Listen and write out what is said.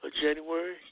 January